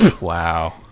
Wow